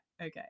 okay